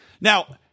Now